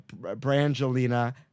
Brangelina